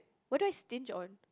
what I stinge on